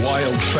Wild